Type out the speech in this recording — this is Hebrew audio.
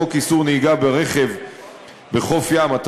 וחוק איסור נהיגה ברכב בחוף הים,